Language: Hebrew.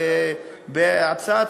בהצעת